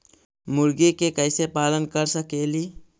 मुर्गि के कैसे पालन कर सकेली?